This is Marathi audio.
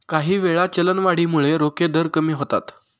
काहीवेळा, चलनवाढीमुळे रोखे दर कमी होतात